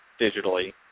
digitally